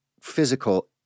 physical